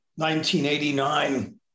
1989